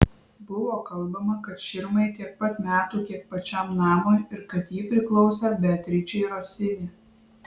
buvo kalbama kad širmai tiek pat metų kiek pačiam namui ir kad ji priklausė beatričei rosini